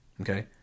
okay